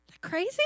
Crazy